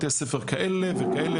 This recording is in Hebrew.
בתי ספר כאלה וכאלה,